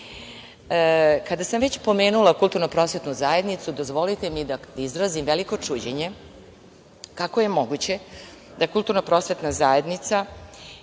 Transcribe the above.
sam već pomenula Kulturno-prosvetnu zajednicu, dozvolite mi da izrazim veliko čuđenje kako je moguće da Kulturno-prosvetne zajednice